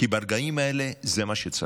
כי ברגעים האלה זה מה שצריך.